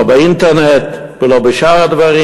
לא באינטרנט ולא בשאר הדברים,